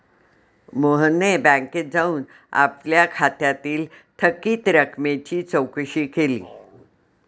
मोहनने बँकेत जाऊन आपल्या खात्यातील थकीत रकमेची चौकशी केली